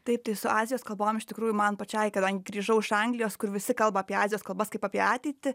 taip tai su azijos kalbom iš tikrųjų man pačiai kadangi grįžau iš anglijos kur visi kalba apie azijos kalbas kaip apie ateitį